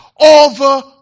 over